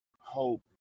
hope